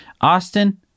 Austin